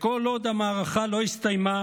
כל עוד המערכה לא הסתיימה,